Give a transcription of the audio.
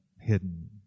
hidden